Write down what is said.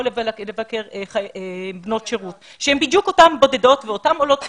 לבקר בנות שירות שהן בדיוק אותן בודדות ואותן עולות חדשות,